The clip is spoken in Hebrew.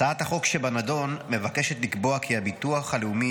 הצעת החוק שבנדון מבקשת לקבוע כי הביטוח הלאומי